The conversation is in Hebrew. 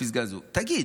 בפסגה הזאת, תגיד,